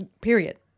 Period